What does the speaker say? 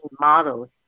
models